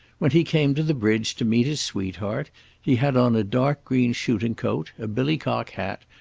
when he came to the bridge to meet his sweetheart he had on a dark-green shooting coat, a billicock hat,